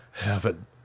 heaven